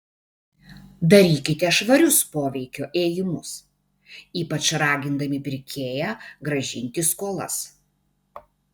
darykite švarius poveikio ėjimus ypač ragindami pirkėją grąžinti skolas